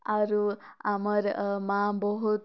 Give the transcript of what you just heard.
ଆରୁ ଆମର୍ ଅ ମାଁ ବହୁତ୍